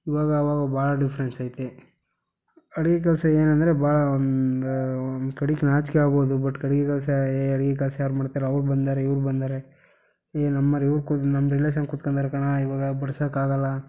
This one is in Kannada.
ಇವಾಗ ಅವಾಗ ಭಾಳ ಡಿಫ್ರೆನ್ಸ್ ಐತೆ ಅಡಿಗೆ ಕೆಲಸ ಏನಂದರೆ ಭಾಳ ಒಂದು ಒಂದು ಕಡೆಕ್ ನಾಚಿಕೆ ಆಗ್ಬೋದು ಬಟ್ ಅಡಿಗೆ ಕೆಲಸ ಏಯ್ ಅಡಿಗೆ ಕೆಲ್ಸ ಯಾರು ಮಾಡ್ತಾರೆ ಅವ್ರು ಬಂದಿದಾರೆ ಇವ್ರು ಬಂದಿದಾರೆ ಈಗ ನಮ್ಮವ್ರ್ ಇವ್ರು ಕೂತು ನಮ್ಮ ರಿಲೇಶನ್ ಕುತ್ಕಂದಾರೆ ಕಣೋ ಇವಾಗ ಬಡ್ಸೋಕ್ಕಾಗಲ್ಲ